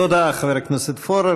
תודה, חבר הכנסת פורר.